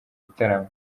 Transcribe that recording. igitaramo